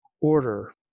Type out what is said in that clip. order